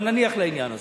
אבל נניח לעניין הזה.